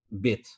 bit